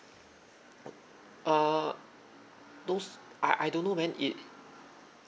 err those I I don't know man it